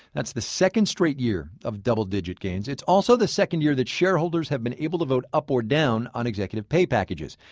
that's the second straight year of double-digit gains. it's also the second year shareholders have been able to vote up or down on executive pay packages.